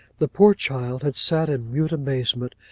the poor child had sat in mute amazement,